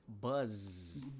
buzz